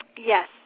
Yes